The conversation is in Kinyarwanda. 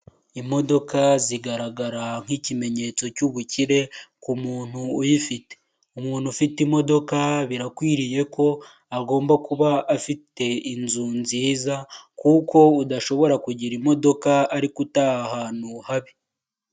Imodoka zigaragara nk'ikimenyetso cy'ubukire ku muntu uyifite, umuntu ufite imodoka birakwiriye ko agomba kuba afite inzu nziza, kuko udashobora kugira imodoka ariko utaha ahantu habi.